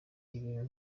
ibintu